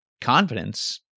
confidence